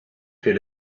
fait